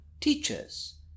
teachers